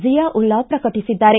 ಜಿಯಾವುಲ್ಲಾ ಪ್ರಕಟಿಸಿದ್ದಾರೆ